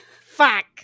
Fuck